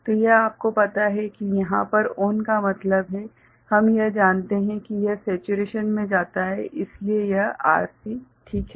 तो यह आपको पता है कि यहाँ पर ON का मतलब क्या हैं हम यह जानते हैं कि यह सेचुरेशन मे जाता हैं इसलिए यह Rc ठीक है